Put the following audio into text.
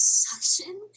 suction